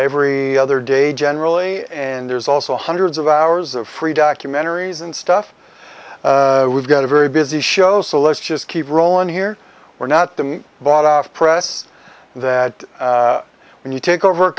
every other day generally and there's also hundreds of hours of free documentaries and stuff we've got a very busy show so let's just keep rolling here we're not them bought off press that when you take over